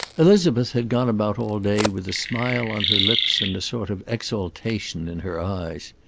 elizabeth had gone about all day with a smile on her lips and a sort of exaltation in her eyes.